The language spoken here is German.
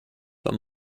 wenn